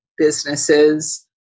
Businesses